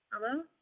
hello